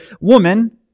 Woman